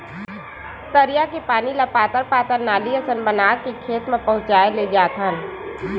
तरिया के पानी ल पातर पातर नाली असन बना के खेत म पहुचाए लेजाथन